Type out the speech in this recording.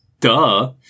Duh